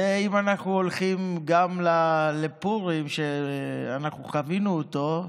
ואם אנחנו הולכים גם לפורים, שאנחנו חווינו אותו,